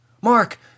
Mark